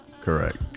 Correct